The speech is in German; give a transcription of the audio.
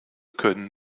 können